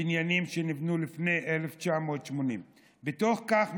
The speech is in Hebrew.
בניינים שנבנו לפני 1980. בתוך כך,